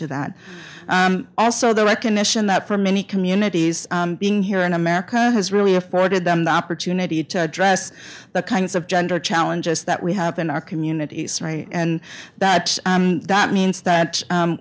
to that also the recognition that for many communities being here in america has really afforded them the opportunity to address the kinds of gender challenges that we have in our communities and that that means that